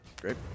great